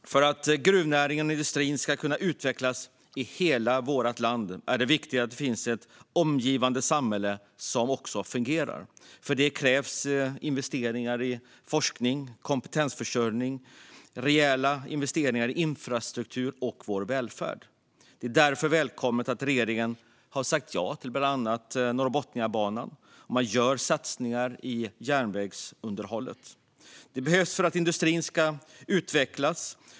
För att gruvnäringen och industrin ska kunna utvecklas i hela vårt land är det viktigt att det finns ett omgivande samhälle som fungerar. För det krävs investeringar i forskning och kompetensförsörjning, liksom rejäla investeringar i infrastruktur och vår välfärd. Det är därför välkommet att regeringen har sagt ja till bland annat Norrbotniabanan och att man gör satsningar på järnvägsunderhållet. Det behövs för att industrin ska utvecklas.